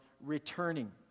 returning